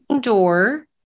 door